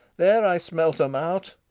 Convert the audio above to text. there i smelt em out.